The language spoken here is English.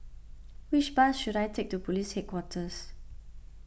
which bus should I take to Police Headquarters